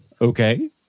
okay